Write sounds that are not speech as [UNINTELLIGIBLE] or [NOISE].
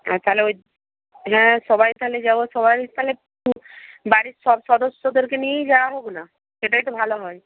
হ্যাঁ তাহলে ওই হ্যাঁ সবাই তাহলে যাব সবাই তাহলে [UNINTELLIGIBLE] বাড়ির সব সদস্যদেরকে নিয়েই যাওয়া হোক না সেটাই তো ভালো হয়